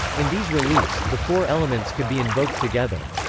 in these reliefs, the four elements could be invoked together.